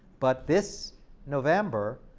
but this november,